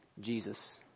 Jesus